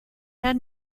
had